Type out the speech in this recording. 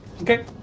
Okay